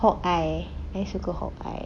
hawk eye I suka hawk eye